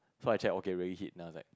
so I check okay where he hit and I was like